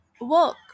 work